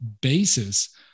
basis